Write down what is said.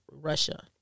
russia